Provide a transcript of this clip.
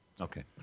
Okay